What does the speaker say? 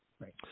Right